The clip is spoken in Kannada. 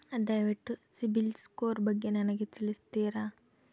ದಯವಿಟ್ಟು ಸಿಬಿಲ್ ಸ್ಕೋರ್ ಬಗ್ಗೆ ನನಗೆ ತಿಳಿಸ್ತೀರಾ?